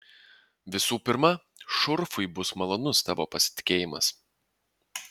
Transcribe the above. visų pirma šurfui bus malonus tavo pasitikėjimas